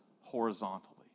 horizontally